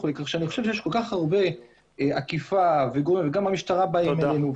אני חושב שיש אכיפה וגם המשטרה מגיעה אלינו,